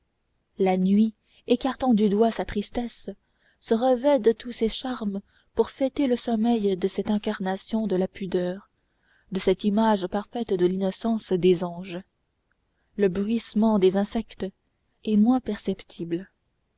la nuit écartant du doigt sa tristesse se revêt de tous ses charmes pour fêter le sommeil de cette incarnation de la pudeur de cette image parfaite de l'innocence des anges le bruissement des insectes est moins perceptible